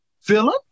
Philip